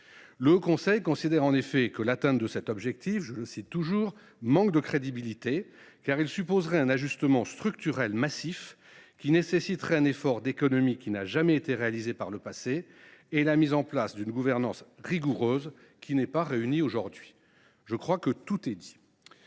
Le Haut Conseil considère, en effet, que l’atteinte de cet objectif « manque de crédibilité », car elle « supposerait un ajustement structurel massif » qui nécessiterait « un effort d’économies » qui n’a « jamais été réalisé par le passé » et « la mise en place d’une gouvernance rigoureuse », condition « qui n’est pas réunie aujourd’hui ». Je crois que tout est dit